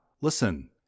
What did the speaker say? Listen